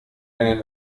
einen